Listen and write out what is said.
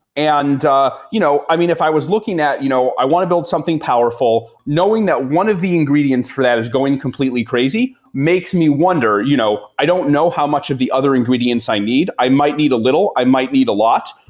and you know i mean, if i was looking at you know i want to build something powerful knowing that one of the ingredients for that is going completely crazy, makes me wonder, you know i don't know how much of the other ingredients i need. i might need a little, i might need a lot,